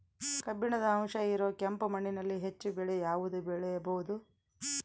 ಕಬ್ಬಿಣದ ಅಂಶ ಇರೋ ಕೆಂಪು ಮಣ್ಣಿನಲ್ಲಿ ಹೆಚ್ಚು ಬೆಳೆ ಯಾವುದು ಬೆಳಿಬೋದು?